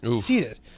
seated